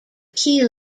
key